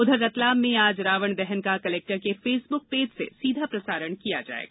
उधर रतलाम में आज रावण दहन का कलेक्टर के फेसब्क पेज से सीधा प्रसारण किया जायेगा